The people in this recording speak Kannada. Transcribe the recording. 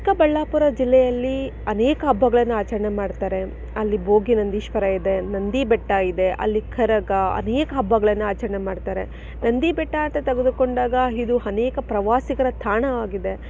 ಚಿಕ್ಕಬಳ್ಳಾಪುರ ಜಿಲ್ಲೆಯಲ್ಲಿ ಅನೇಕ ಹಬ್ಬಗಳನ್ನು ಆಚರಣೆ ಮಾಡ್ತಾರೆ ಅಲ್ಲಿ ಭೋಗ ನಂದೀಶ್ವರ ಇದೆ ನಂದಿ ಬೆಟ್ಟ ಇದೆ ಅಲ್ಲಿ ಕರಗ ಅನೇಕ ಹಬ್ಬಗಳನ್ನು ಆಚರಣೆ ಮಾಡ್ತಾರೆ ನಂದಿ ಬೆಟ್ಟ ಅಂತ ತೆಗೆದುಕೊಂಡಾಗ ಇದು ಅನೇಕ ಪ್ರವಾಸಿಗರ ತಾಣವಾಗಿದೆ